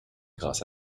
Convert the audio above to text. grâce